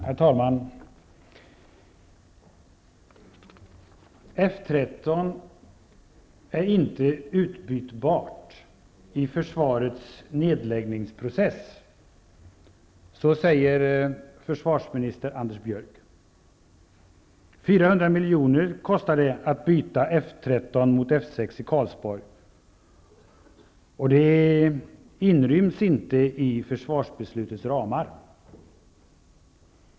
Herr talman! ''F 13 är inte utbytbart i försvarets nedläggningsprocess. 400 miljoner kostar det att ''byta'' F 13 mot F 6 i Karlsborg. Och det inryms inte i försvarsbeslutets ramar.''